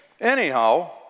Anyhow